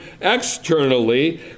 externally